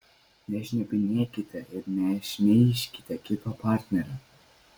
nešnipinėkite ir nešmeižkite kito partnerio